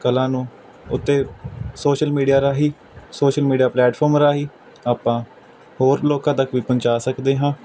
ਕਲਾ ਨੂੰ ਉੱਤੇ ਸੋਸ਼ਲ ਮੀਡੀਆ ਰਾਹੀ ਸੋਸ਼ਲ ਮੀਡੀਆ ਪਲੇਟਫਾਰਮ ਰਾਹੀਂ ਆਪਾਂ ਹੋਰ ਲੋਕਾਂ ਤੱਕ ਵੀ ਪਹੁੰਚਾ ਸਕਦੇ ਹਾਂ